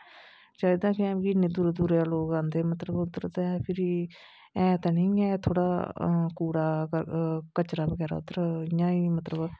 क्योंकि इन्नू दूरा दूरा लोक आंदे मतलब उद्धर ते फिरी ऐ ते नेई ऐ थोह्ड़ा पूरा कचरा बगैरा उद्धर ही मतलब